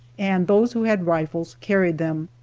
and those who had rifles carried them.